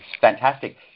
fantastic